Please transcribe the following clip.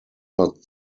not